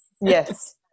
Yes